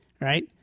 right